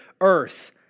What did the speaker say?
earth